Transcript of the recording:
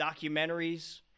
documentaries